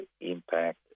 impact